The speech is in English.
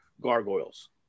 gargoyles